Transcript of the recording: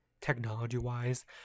technology-wise